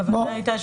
הכוונה הייתה,